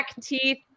teeth